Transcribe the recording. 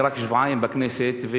אני רק שבועיים בכנסת,